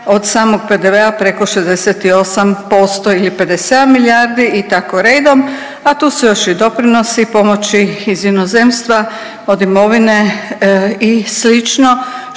od samog PDV-a preko 68% ili 57 milijardi i tako redom. A tu su još i doprinosi pomoći iz inozemstva od imovine i slično